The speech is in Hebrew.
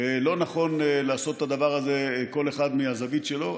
לא נכון לעשות את הדבר הזה כל אחד מהזווית שלו.